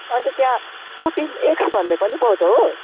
अन्त त्यहाँ protein X भन्ने पनि पाउँछ हो